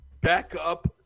backup